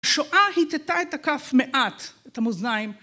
שואה הטטה את הקף מעט, את המוזניים.